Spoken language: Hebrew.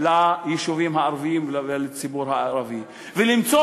ליישובים הערביים ולציבור הערבי ולמצוא